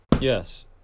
Yes